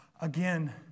Again